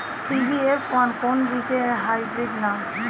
CBF one কোন বীজের hybrid নাম?